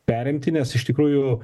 perimti nes iš tikrųjų